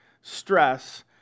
stress